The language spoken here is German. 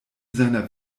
seiner